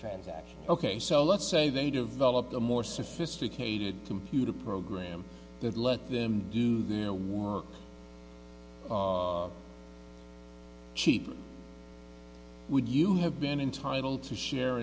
transaction ok so let's say they developed a more sophisticated computer program that let them do their work of cheap would you have been entitled to share